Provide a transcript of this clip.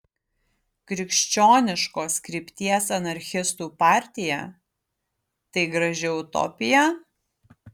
krikščioniškos krypties anarchistų partija tai graži utopija